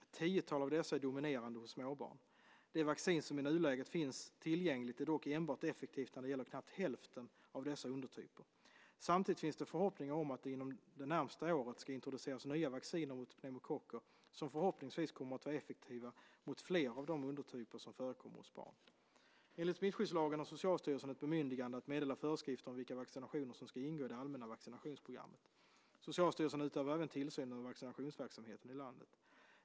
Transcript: Ett tiotal av dessa är dominerande hos småbarn. Det vaccin som i nuläget finns tillgängligt är dock enbart effektivt när det gäller knappt hälften av dessa undertyper. Samtidigt finns det förhoppningar om att det inom det närmaste året ska introduceras nya vacciner mot pneumokocker som förhoppningsvis kommer att vara effektiva mot fler av de undertyper som förekommer hos barn. Enligt smittskyddslagen har Socialstyrelsen ett bemyndigande att meddela föreskrifter om vilka vaccinationer som ska ingå i det allmänna vaccinationsprogrammet. Socialstyrelsen utövar även tillsynen över vaccinationsverksamheten i landet.